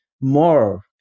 more